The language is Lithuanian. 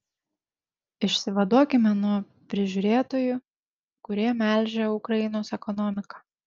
išsivaduokime nuo prižiūrėtojų kurie melžia ukrainos ekonomiką